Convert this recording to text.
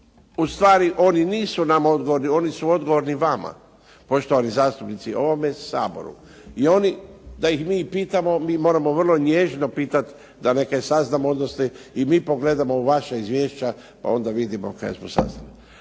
u stvari oni nisu nama odgovorni. Oni su odgovorni vama poštovani zastupnici, ovome Saboru. I oni da ih mi pitamo mi moramo vrlo nježno pitati da neke saznamo odnose i mi pogledamo vaša izvješća pa onda vidimo kaj smo saznali.